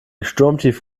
sturmtief